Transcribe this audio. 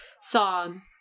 song